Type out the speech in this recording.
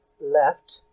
Left